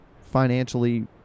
financially